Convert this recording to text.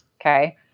Okay